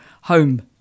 home